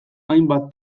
hainbat